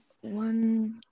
one